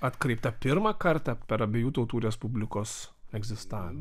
atkreipta pirmą kartą per abiejų tautų respublikos egzistavimą